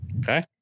Okay